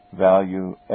value